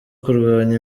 kurwanya